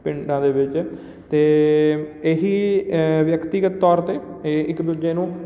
ਪਿੰਡਾਂ ਦੇ ਵਿੱਚ ਅਤੇ ਇਹੀ ਵਿਅਕਤੀਗਤ ਤੌਰ 'ਤੇ ਇਹ ਇੱਕ ਦੂਜੇ ਨੂੰ